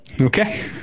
okay